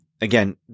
again